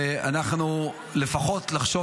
לפחות לחשוב